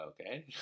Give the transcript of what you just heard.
okay